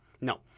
no